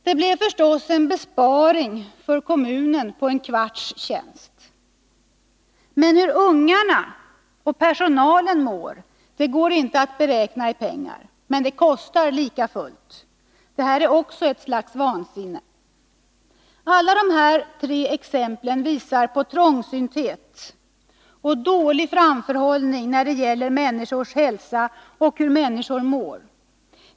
Det blev förstås en besparing för kommunen på en kvarts tjänst. Hur ungarna och personalen mår går inte att mäta i pengar, men det kostar lika fullt. Det är också ett slags vansinne. Alla dessa tre exempel visar på trångsynthet och dålig framförhållning när det gäller människors hälsa och hur människor mår.